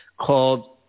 Called